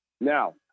Now